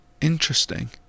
Interesting